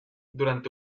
durante